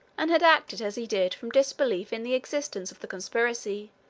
and had acted as he did from disbelief in the existence of the conspiracy,